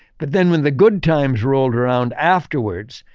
but then when the good times rolled around afterwards,